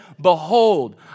behold